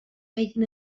feien